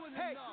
hey